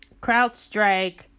CrowdStrike